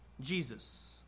Jesus